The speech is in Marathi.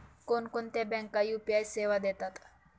कोणकोणत्या बँका यू.पी.आय सेवा देतात?